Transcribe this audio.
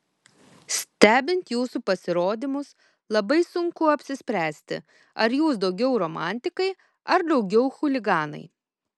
stebint jūsų pasirodymus labai sunku apsispręsti ar jūs daugiau romantikai ar daugiau chuliganai